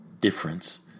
difference